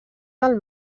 del